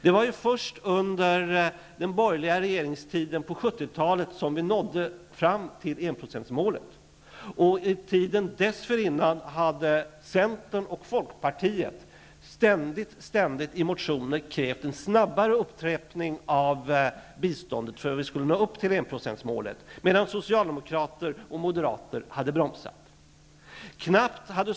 Det var först under den borgerliga regeringstiden på 70-talet som vi nådde fram till enprocentsmålet. I tiden dessförinnan hade Centern och Folkpartiet ständigt i motioner krävt en snabbare upptrappning av biståndet så att vi skulle nå enprocentsmålet medan Socialdemokrater och Moderater hade bromsat.